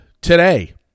today